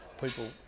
people